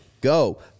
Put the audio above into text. go